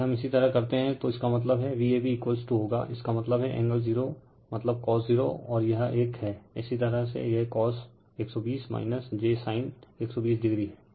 यदि हम इसी तरह करते हैं तो इसका मतलब हैं Vab होगा इसका मतलब हैं एंगल 0मतलब cos 0 और यह एक हैं इसी तरह से यह cos 120 j sin 120o है